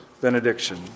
benediction